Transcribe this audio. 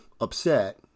upset